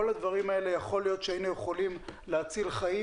כל הדברים האלה יכול להיות שהיינו יכולים להציל חיים